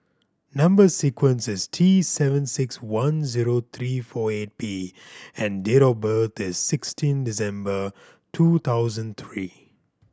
number sequence is T seven six one zero three four eight P and date of birth is sixteen December two thousand three